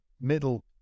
middle